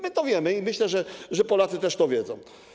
My to wiemy i myślę, że Polacy też to wiedzą.